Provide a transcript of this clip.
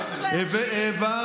מישהו צריך, החזקת נשק בלתי חוקי.